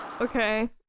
Okay